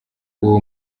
uwo